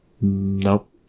Nope